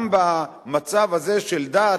גם במצב הזה, של דת,